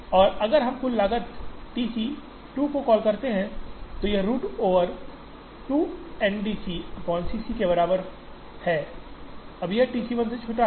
और अगर हम कुल लागत T C 2 को कॉल करते हैं तो यह रुट ओवर 2 N DCC cके बराबर है अब यह T C 1 से छोटा है